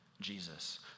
Jesus